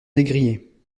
négrier